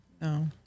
no